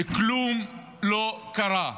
כלום לא קרה.